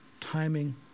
timing